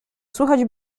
słychać